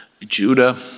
Judah